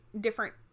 different